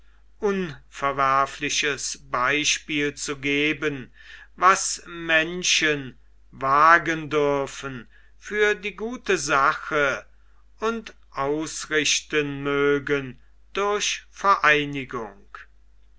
unverwerfliches beispiel zu geben was menschen wagen dürfen für die gute sache und ausrichten mögen durch vereinigung